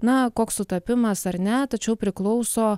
na koks sutapimas ar ne tačiau priklauso